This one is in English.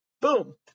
Boom